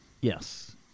Yes